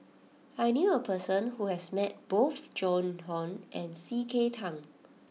I knew a person who has met both Joan Hon and C K Tang